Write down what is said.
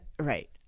Right